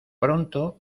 pronto